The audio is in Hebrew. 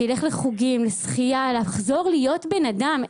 שילך לחוגים, לשחייה, לחזור להיות בן אדם.